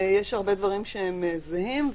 יש הרבה דברים שהם זהים,